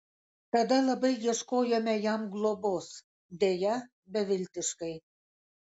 tada labai ieškojome jam globos deja beviltiškai